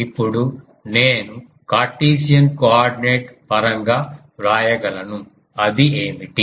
ఇప్పుడు నేను Cartesian coordinate పరంగా వ్రాయగలను అది ఏమిటి